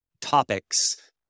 topics